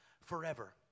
forever